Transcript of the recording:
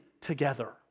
together